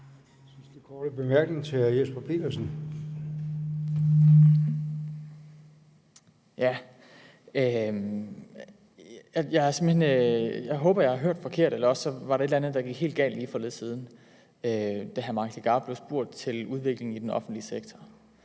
Jesper Petersen. Kl. 15:51 Jesper Petersen (S): Jeg håber, jeg har hørt forkert, eller også var der et eller andet, der gik helt galt lige for lidt siden, da hr. Mike Legarth blev spurgt til udviklingen i den offentlige sektor.